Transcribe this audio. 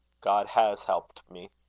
god has helped me.